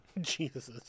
Jesus